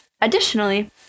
Additionally